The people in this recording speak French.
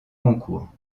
concours